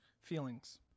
feelings